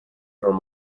from